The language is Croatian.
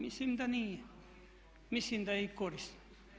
Mislim da nije, mislim da je i korisno.